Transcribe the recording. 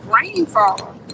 rainfall